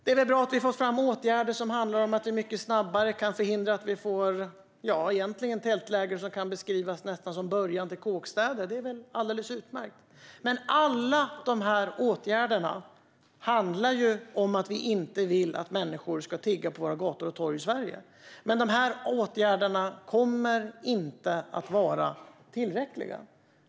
Det är väl bra att vi får fram åtgärder för att mycket snabbare kunna förhindra att vi får tältläger som egentligen nästan kan beskrivas som början till kåkstäder; det är väl alldeles utmärkt. Alla dessa åtgärder handlar ju om att vi inte vill att människor ska tigga på våra gator och torg i Sverige. Men de kommer inte att vara tillräckliga.